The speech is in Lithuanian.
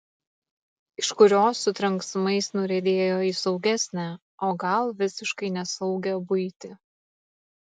iš kurios su trenksmais nuriedėjo į saugesnę o gal visiškai nesaugią buitį